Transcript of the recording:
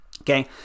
okay